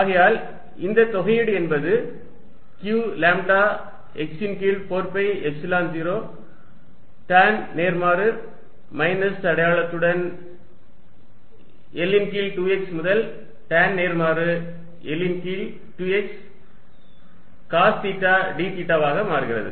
ஆகையால் இந்த தொகையீடு என்பது q லாம்ப்டா x ன் கீழ் 4 பை எப்சிலன் 0 டான் நேர்மாறு மைனஸ் அடையாளத்துடன் L ன் கீழ் 2x முதல் டான் நேர்மாறு L ன் கீழ் 2x காஸ் தீட்டா d தீட்டாவாக மாறுகிறது